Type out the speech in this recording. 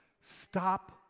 Stop